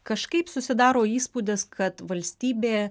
kažkaip susidaro įspūdis kad valstybė